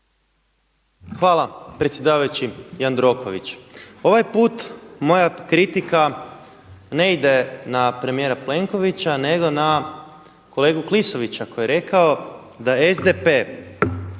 Hvala predsjedavajući Jandroković. Ovaj put moja kritika ne ide na premijera Plenkovića, nego na kolegu Klisovića koji je rekao da SDP-e